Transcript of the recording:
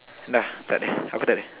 nah tak ada aku tak ada